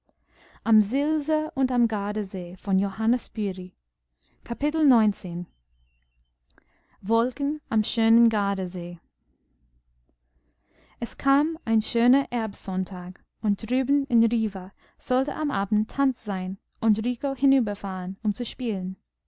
kapitel wolken am schönen gardasee es kam ein schöner herbstsonntag und drüben in riva sollte am abend tanz sein und rico hinüberfahren um zu spielen